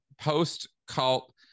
post-cult